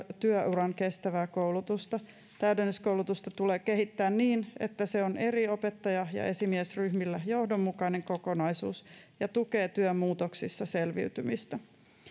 työuran kestävää koulutusta täydennyskoulutusta tulee kehittää niin että se on eri opettaja ja esimiesryhmillä johdonmukainen kokonaisuus ja tukee työn muutoksissa selviytymistä